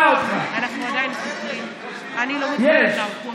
אני קורא אותך לסדר פעם